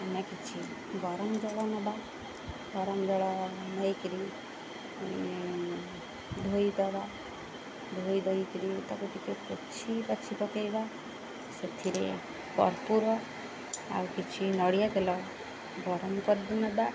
ଆମେ କିଛି ଗରମ ଜଳ ନେବା ଗରମ ଜଳ ନେଇକିରି ଧୋଇଦେବା ଧୋଇଧାଇକିରି ତାକୁ ଟିକେ ପୋଛିପାଛି ପକେଇବା ସେଥିରେ କର୍ପୂର ଆଉ କିଛି ନଡ଼ିଆ ତେଲ ଗରମ କରିକି ନେବା